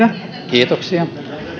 kiitoksia